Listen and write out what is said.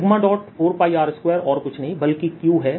σ4πR2और कुछ नहीं बल्कि Q है